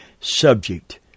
subject